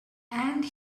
and